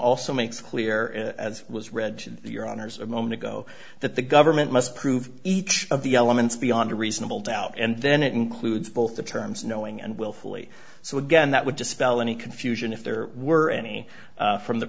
also makes clear as was read in your honour's a moment ago that the government must prove each of the elements beyond a reasonable doubt and then it includes both the terms knowing and willfully so again that would dispel any confusion if there were any from the